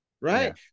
right